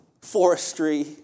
forestry